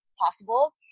possible